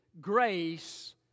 grace